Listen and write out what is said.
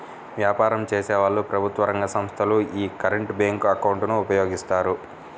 వ్యాపారం చేసేవాళ్ళు, ప్రభుత్వ రంగ సంస్ధలు యీ కరెంట్ బ్యేంకు అకౌంట్ ను ఉపయోగిస్తాయి